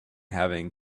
having